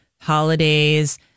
holidays